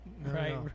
Right